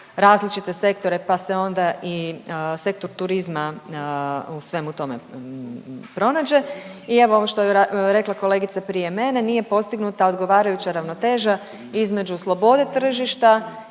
različite sektore, pa se onda i Sektor turizma u svemu tome pronađe. I evo ovo što je rekla kolegica prije mene nije postignuta odgovarajuća ravnoteža između slobode tržišta